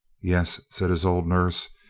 yes, said his old nurse,